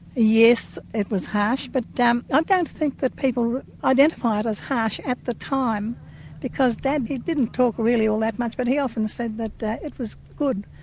yes it was harsh but i ah don't think that people identified as harsh at the time because dad, he didn't talk really all that much but he often said that that it was good,